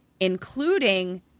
including